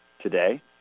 today